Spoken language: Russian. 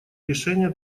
решения